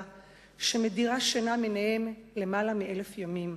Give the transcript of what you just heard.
שמדירה שינה מעיניהם יותר מ-1,000 ימים.